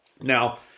Now